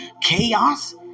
chaos